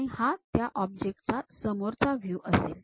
आणि हा त्या ऑब्जेक्ट चा समोरचा व्ह्यू असेल